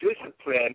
discipline